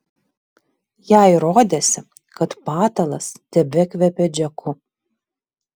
jai rodėsi kad patalas tebekvepia džeku